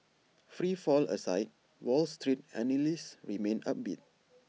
free fall aside wall street analysts remain upbeat